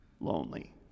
lonely